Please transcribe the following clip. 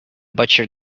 butcher